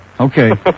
Okay